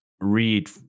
read